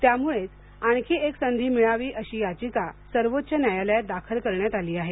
त्यामुळेच आणखी एक संधि मिळावी अशी याचिका सर्वोच्च न्यायालयात दाखल करण्यात आली आहे